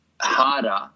harder